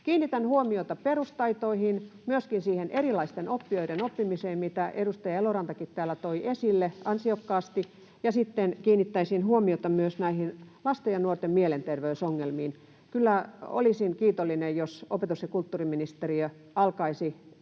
Kiinnitän huomiota perustaitoihin, myöskin siihen erilaisten oppijoiden oppimiseen, mitä edustaja Elorantakin täällä toi esille ansiokkaasti, ja sitten kiinnittäisin huomiota myös näihin lasten ja nuorten mielenterveysongelmiin. Kyllä olisin kiitollinen, jos opetus‑ ja kulttuuriministeriö alkaisi